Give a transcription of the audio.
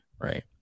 right